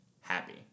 happy